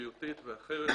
בריאותית ואחרת,